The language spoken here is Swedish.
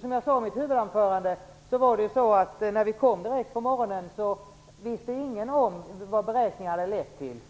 Som jag sade i mitt huvudanförande var det så att när vi kom på morgonen visste ingen vad beräkningarna hade lett till.